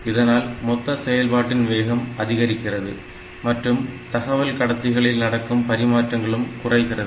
இதனால் மொத்த செயல்பாட்டின் வேகம் அதிகரிக்கிறது மற்றும் தகவல் கடத்திகளில் நடக்கும் பரிமாற்றங்களும் குறைகிறது